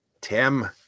Tim